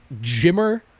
Jimmer